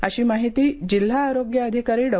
अशी माहिती जिल्हा आरोग्य अधिकारी डॉ